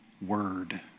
Word